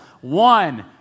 one